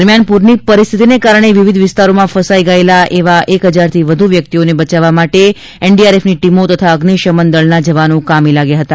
દરમિયાન પૂરની પરિસ્થિતિને કારણે વિવિધ વિસ્તારોમાં ફસાઈ ગયેલા અંદાજિત એક હજારથી વધુ વ્યક્તિઓને બચાવવા માટે એનડીઆરએફની ટીમો તથા અગ્નિશમન દળના જવાનો કામે લાગ્યા હતા